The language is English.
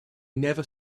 never